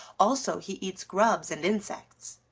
also he eats grubs and insects.